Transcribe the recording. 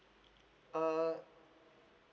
uh